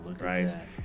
Right